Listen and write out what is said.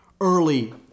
early